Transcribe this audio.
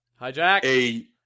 hijack